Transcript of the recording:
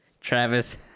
Travis